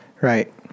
right